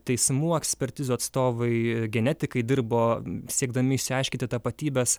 teismų ekspertizių atstovai genetikai dirbo siekdami išsiaiškinti tapatybes